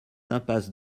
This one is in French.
impasse